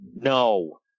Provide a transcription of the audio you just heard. No